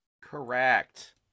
correct